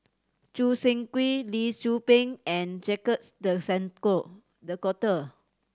Choo Seng Quee Lee Tzu Pheng and Jacques De Coutre the